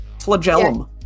flagellum